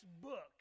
book